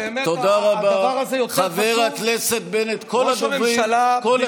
תבצעו דיגום סרולוגי לאומי.